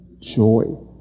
Joy